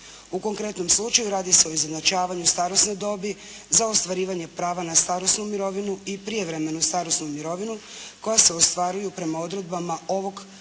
U konkretnom slučaju radi se o izjednačavanju starosne dobi za ostvarivanje prva na starosnu mirovinu i prijevremenu starosnu mirovinu koja se ostvaruju prema odredbama ovog prijedloga